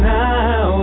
now